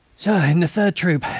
sir, in the third troop,